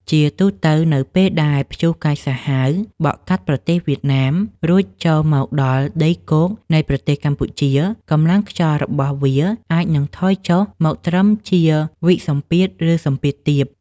ជាទូទៅ នៅពេលដែលព្យុះកាចសាហាវបក់កាត់ប្រទេសវៀតណាម រួចចូលមកដល់ដីគោកនៃប្រទេសកម្ពុជា កម្លាំងខ្យល់របស់វាអាចនឹងថយចុះមកត្រឹមជាវិសម្ពាធ ឬសម្ពាធទាប។